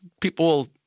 people